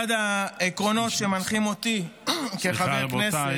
אחד העקרונות שמנחים אותי כחבר כנסת, סליחה.